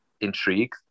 intrigued